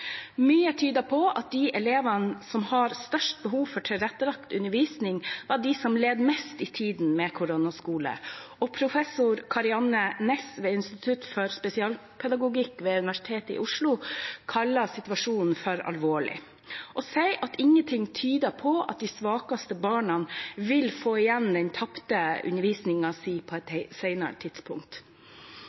Mye tyder på at de elevene med størst behov for tilrettelagt undervisning var dem som led mest i tiden med koronaskole. Professor Kari-Anne Næss ved Institutt for spesialpedagogikk ved Universitetet i Oslo kaller situasjonen for alvorlig og sier at ingenting tyder på at de svakeste barna vil få igjen den tapte undervisningen på et senere tidspunkt.